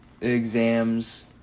Exams